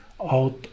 out